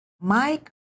mike